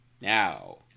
Now